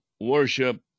worship